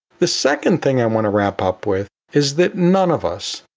the second thing i want to wrap up with is that none of us,